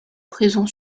présents